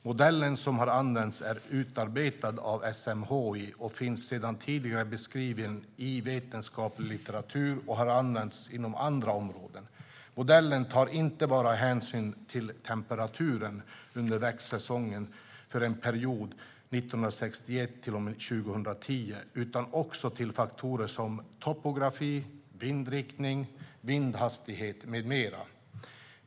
Modellen som har använts är utarbetad av SMHI, finns sedan tidigare beskriven i vetenskaplig litteratur och har använts inom andra områden. Modellen tar inte bara hänsyn till temperaturen under växtsäsongen för perioden 1961 till och med 2010 utan också till faktorer som topografi, vindriktning, vindhastighet med mera.